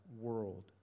world